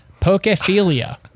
Pokephilia